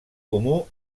comú